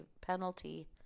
penalty